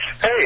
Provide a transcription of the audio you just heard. Hey